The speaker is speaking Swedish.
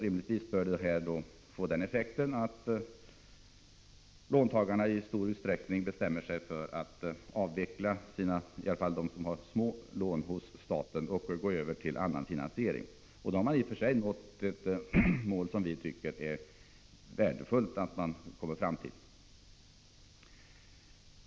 Rimligtvis bör beslutet få den effekten att låntagarna, i varje fall de som har små lån, i stor utsträckning bestämmer sig för att avveckla sina lån hos staten för att gå över till annan finansiering. Då har man i och för sig nått ett mål som vi tycker att det är värdefullt att man kommer fram till.